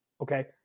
Okay